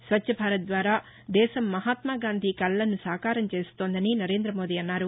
స్వచ్చభారత్ ద్వారా దేశం మహాత్నాగాంధీ కలలను సాకారం చేస్తోందని నరేందమోదీ అన్నారు